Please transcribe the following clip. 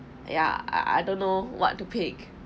yeah I I don't know what to pick